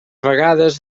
vegades